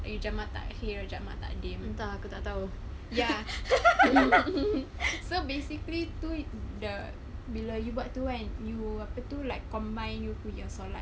like you jamak takhir jamak takdim ya so basically tu the bila you buat tu kan you apa tu like you combine you punya solat